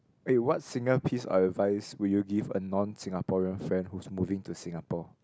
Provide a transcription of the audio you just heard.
eh what single piece of advice will you give a non Singaporean friend who's moving to Singapore